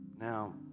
Now